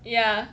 yeah